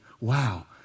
wow